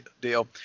deal